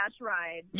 ride